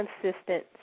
consistent